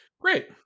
Great